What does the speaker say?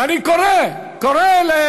אני קורא לידידי,